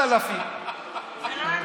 3000. לא אנחנו.